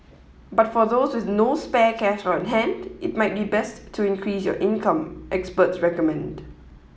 but for those with no spare cash on hand it might be best to increase your income experts recommend